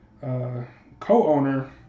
co-owner